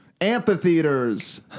Amphitheaters